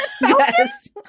Yes